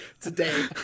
today